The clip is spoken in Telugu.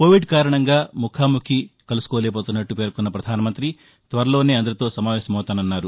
కోవిడ్ కారణంగా ముఖాముఖి కలుసుకోలేకపోతున్నట్టు పేర్కొన్న ప్రధానమంతిత్వరలోనే అందరితో సమావేశమవుతా అన్నారు